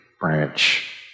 branch